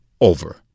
over